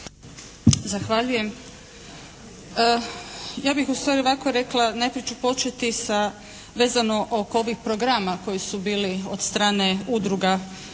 Zahvaljujem. Ja bih u stvari ovako rekla, najprije ću početi sa vezano oko ovih programa koji su bili od strane udruga